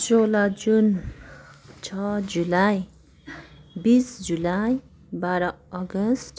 सोह्र जुन छ जुलाई बिस जुलाई बाह्र अगस्त